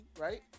right